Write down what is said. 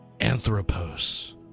Anthropos